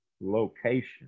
location